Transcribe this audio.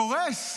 קורס.